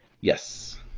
Yes